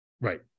Right